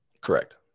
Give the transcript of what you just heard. Correct